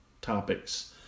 topics